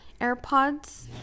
airpods